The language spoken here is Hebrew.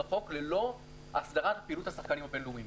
החוק ללא הסדרת פעילות השחקנים הבין-לאומיים,